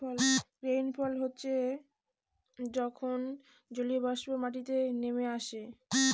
rainfall হচ্ছে যখন জলীয়বাষ্প মাটিতে নেমে আসে